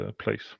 place